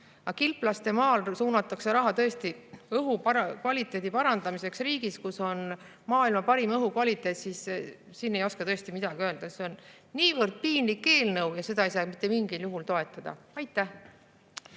Kilplaste maal suunatakse raha tõesti õhu kvaliteedi parandamisse riigis, kus on maailma parim õhu kvaliteet. Siin ei oska tõesti midagi öelda. Niivõrd piinlik eelnõu ja seda ei saa mitte mingil juhul toetada. Aitäh!